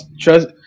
trust